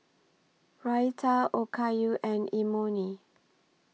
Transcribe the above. Raita Okayu and Imoni